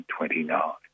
1929